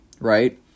right